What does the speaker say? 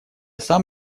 сам